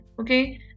Okay